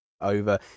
over